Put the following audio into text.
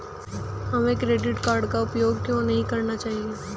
हमें credit card का उपयोग क्यों नहीं करना चाहिए?